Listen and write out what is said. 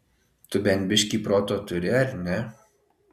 tu bent biškį proto turi ar ne